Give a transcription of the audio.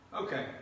Okay